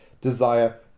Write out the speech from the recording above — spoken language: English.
desire